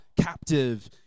captive